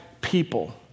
people